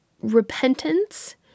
repentance